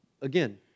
again